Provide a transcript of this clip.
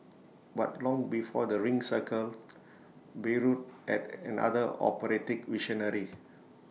but long before the ring Cycle Bayreuth had another operatic visionary